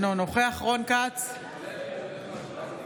אינו נוכח רון כץ, נגד יוראי להב